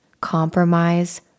compromise